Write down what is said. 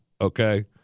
Okay